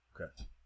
Okay